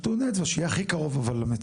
נתון אצבע, אבל שיהיה הכי קרוב למציאות,